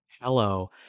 Hello